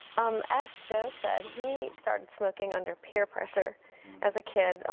um as joe said, he started smoking under peer pressure as a kid,